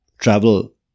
travel